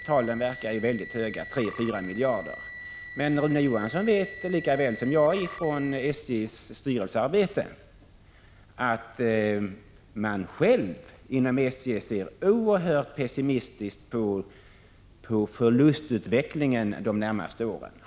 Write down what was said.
Talen verkar ju mycket höga — 3-4 miljarder. Men 15 maj 1986 Rune Johansson vet lika väl som jag, ifrån arbetet i SJ:s styrelse, att man inom SJ själv ser oerhört pessimistiskt på förlustutvecklingen de närmaste åren.